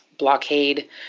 blockade